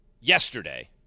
yesterday